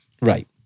Right